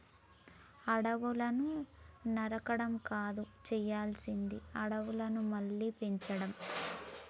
అడవులను నరకడం కాదు చేయాల్సింది అడవులను మళ్ళీ పెంచడం